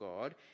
God